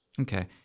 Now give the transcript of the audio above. Okay